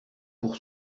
pour